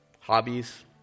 hobbies